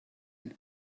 red